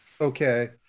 Okay